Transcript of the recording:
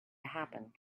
happen